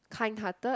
kind hearted